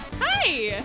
hi